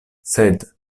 sed